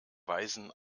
weisen